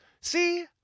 See